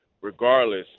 regardless